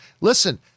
Listen